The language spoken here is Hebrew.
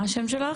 מה השם שלך?